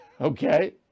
Okay